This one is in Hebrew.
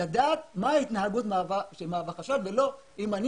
לדעת מה ההתנהגות מהווה סיבה לחשד ולא אם אני